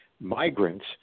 migrants